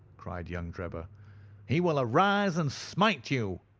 cried young drebber he will arise and smite you!